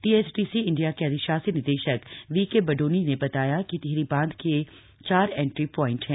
THDC India के अधिशासी निदेशक वीके बड़ोनी ने बताया कि टिहरी बांध के चार एंट्री प्वाईट हैं